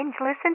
listen